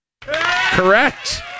Correct